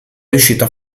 riuscito